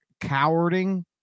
cowarding